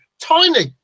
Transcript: tiny